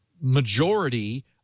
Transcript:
majority